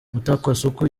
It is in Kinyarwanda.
mutakwasuku